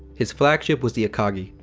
his flagship was the akagi.